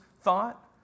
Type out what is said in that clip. thought